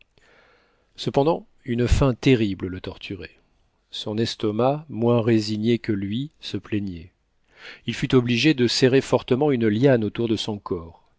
cependant une faim terrible le torturait son estomac moins résigné que lui se plaignait il fut obligé de serrer fortement une liane autour de son corps